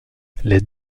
les